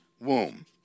womb